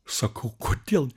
sakau kodėl